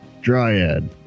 Dryad